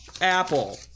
Apple